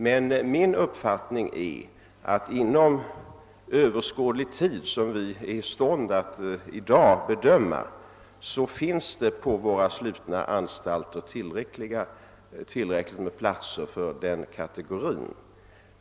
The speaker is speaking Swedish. Men min uppfattning är att inom överskådlig tid — under den tidrymd som vi i dag är i stånd att bedöma — finns det på våra slutna anstalter tillräckligt med platser för den kategorin.